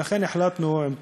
ולכן החלטנו,